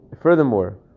furthermore